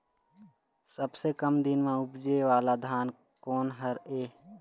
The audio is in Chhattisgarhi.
सबसे कम दिन म उपजे वाला धान कोन हर ये?